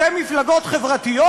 אתם מפלגות חברתיות?